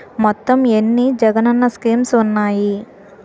మొత్తం ఎన్ని జగనన్న స్కీమ్స్ ఉన్నాయి?